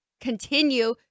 continue